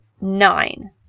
nine